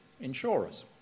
insurers